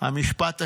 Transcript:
המשפט השני: